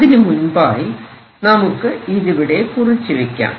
അതിനു മുൻപായി നമുക്ക് ഇതിവിടെ കുറിച്ച് വെക്കാം